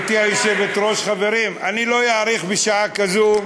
גברתי היושבת-ראש, חברים, לא אאריך בשעה כזו,